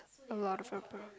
a lot of